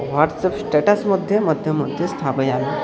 WhatsApp status मध्ये मध्ये मध्ये स्थापयामि